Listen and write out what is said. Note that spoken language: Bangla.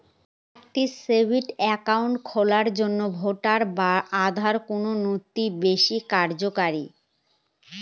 একটা সেভিংস অ্যাকাউন্ট খোলার জন্য ভোটার বা আধার কোন নথিটি বেশী কার্যকরী?